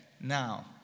Now